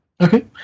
Okay